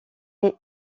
est